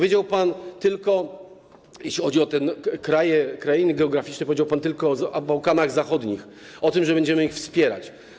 Jeśli chodzi o te kraje, krainy geograficzne, powiedział pan tylko o Bałkanach Zachodnich, o tym, że będziemy je wspierać.